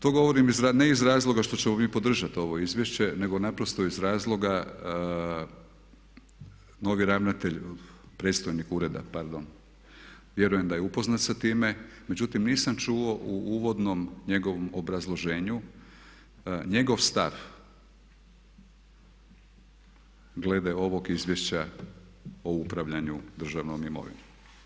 To govorim ne iz razloga što ćemo mi podržati ovo izvješće nego naprosto iz razloga novi ravnatelj, predstojnik ureda pardon vjerujem da je upoznat sa time, međutim nisam čuo u uvodnom njegovom obrazloženju njegov stav glede ovog izvješća o upravljanju državnom imovinom.